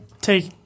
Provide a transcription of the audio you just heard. take